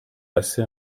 assez